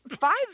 five